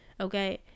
okay